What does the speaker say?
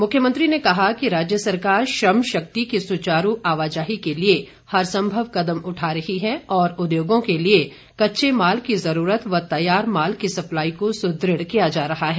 मुख्यमंत्री ने कहा कि राज्य सरकार श्रम शक्ति की सुचारू आवाजाही के लिए हर संभव कदम उठा रही है और उद्योगों के लिए कच्चे माल की ज़रूरत व तैयार माल की सप्लाई को सुदृढ़ किया जा रहा है